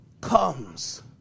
comes